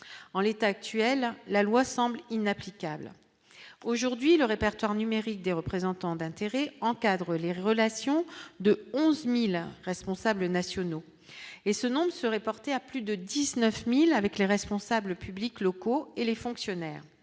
en l'état actuel, la loi semble inapplicable aujourd'hui le répertoire numérique des représentants d'intérêts encadre les relations de 11000 responsables nationaux et ce nom serait porté à plus de 19000 avec les responsables publics locaux et les fonctionnaires,